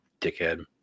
Dickhead